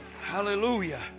Hallelujah